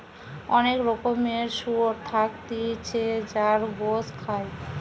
অনেক রকমের শুয়োর থাকতিছে যার গোস খায়